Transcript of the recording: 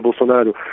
Bolsonaro